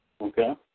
Okay